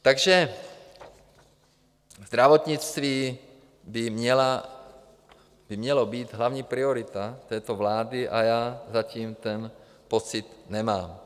Takže zdravotnictví by mělo být hlavní priorita této vlády a já zatím ten pocit nemám.